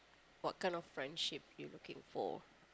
what kind of friendship you looking for